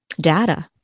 data